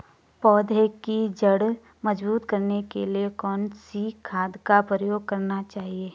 पौधें की जड़ मजबूत करने के लिए कौन सी खाद का प्रयोग करना चाहिए?